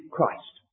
Christ